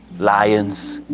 lions,